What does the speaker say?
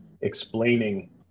explaining